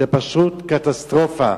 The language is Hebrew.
זה פשוט קטסטרופה.